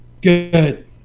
Good